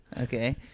Okay